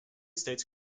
states